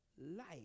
life